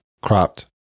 Cropped